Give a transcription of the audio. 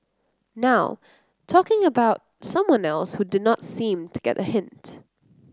now talking about someone else who did not seem to get a hint